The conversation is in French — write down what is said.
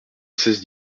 seize